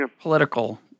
political